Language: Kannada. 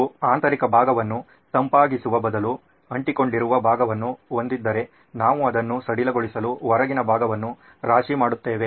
ನೀವು ಆಂತರಿಕ ಭಾಗವನ್ನು ತಂಪಾಗಿಸುವ ಬದಲು ಅಂಟಿಕೊಂಡಿರುವ ಭಾಗವನ್ನು ಹೊಂದಿದ್ದರೆ ನಾವು ಅದನ್ನು ಸಡಿಲಗೊಳಿಸಲು ಹೊರಗಿನ ಭಾಗವನ್ನು ರಾಶಿ ಮಾಡುತ್ತೇವೆ